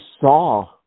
saw